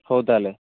ହଉ ତା'ହେଲେ